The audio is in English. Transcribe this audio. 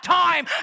time